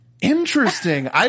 Interesting